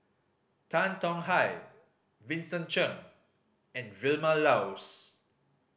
Tan Tong Hye Vincent Cheng and Vilma Laus